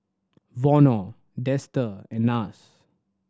Vono Dester and Nars